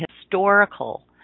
historical